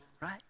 Right